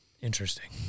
Interesting